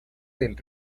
del